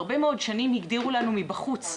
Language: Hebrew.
הרבה מאוד שנים הגדירו לנו מבחוץ,